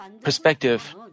perspective